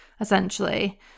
essentially